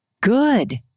good